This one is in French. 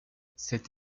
cette